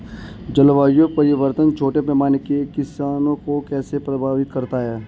जलवायु परिवर्तन छोटे पैमाने के किसानों को कैसे प्रभावित करता है?